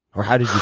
or how did you